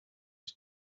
his